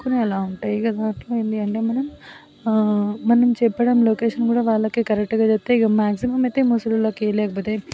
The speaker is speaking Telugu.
కొన్ని అలా ఉంటాయి కదా అట్లా ఏంటంటే మనం మనం చెప్పడం లొకేషన్ కూడా వాళ్ళకి కరెక్ట్గా చెప్తే ఇక మ్యాగ్జిమం అయితే ముసలోళ్ళకి లేకపోతే